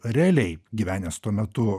realiai gyvenęs tuo metu